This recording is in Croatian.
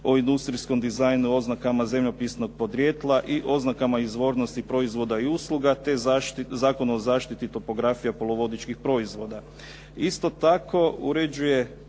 o industrijskom dizajnu, oznakama zemljopisnog podrijetla i oznakama izvornosti proizvoda i usluga, te Zakona o zaštiti topografija poluvodičkih proizvoda.